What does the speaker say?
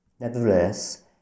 Nevertheless